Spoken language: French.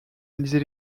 analyser